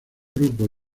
grupos